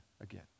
again